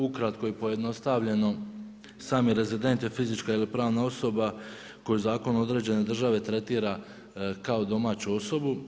Ukratko i pojednostavljeno sami rezident je fizička ili pravna osoba koju zakon određene države tretira kao domaću osobu.